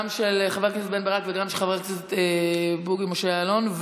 גם של חבר הכנסת בן ברק וגם של חבר הכנסת בוגי משה יעלון.